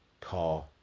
car